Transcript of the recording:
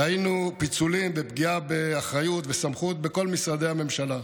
ראינו פיצולים ופגיעה באחריות וסמכות בכל משרדי הממשלה,